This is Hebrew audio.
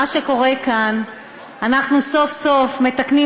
במה שקורה כאן אנחנו סוף-סוף מתקנים